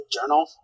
journal